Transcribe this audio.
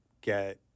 get